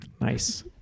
Nice